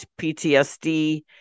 ptsd